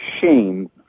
shame